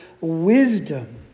wisdom